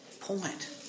point